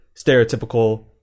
stereotypical